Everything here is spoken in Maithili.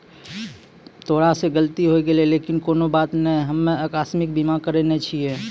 तोरा से गलती होय गेलै लेकिन कोनो बात नै हम्मे अकास्मिक बीमा करैने छिये